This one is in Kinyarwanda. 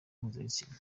mpuzabitsina